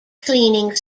cleaning